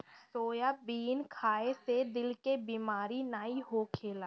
soybean खाए से दिल के बेमारी नाइ होखेला